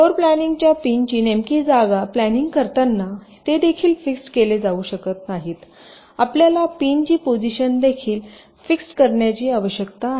floor planning च्या पिनची नेमकी जागा प्लॅनिंग करताना ते देखील फिक्स्ड केले जाऊ शकत नाहीत आपल्याला पिनची पोजिशन देखील फिक्स्ड करण्याची आवश्यकता आहे